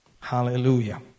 Hallelujah